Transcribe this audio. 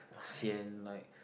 sian like